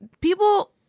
people